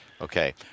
Okay